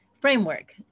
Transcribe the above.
framework